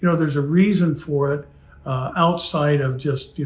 you know there's a reason for it outside of just,